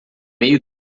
meio